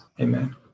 amen